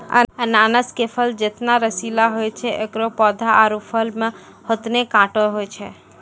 अनानस के फल जतना रसीला होय छै एकरो पौधा आरो फल मॅ होतने कांटो होय छै